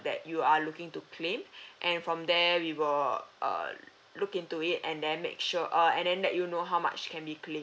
that you are looking to claim and from there we will uh look into it and then make sure uh and then let you know how much can be claimed